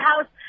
House